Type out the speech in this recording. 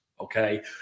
okay